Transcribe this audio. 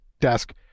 desk